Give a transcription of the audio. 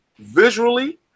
visually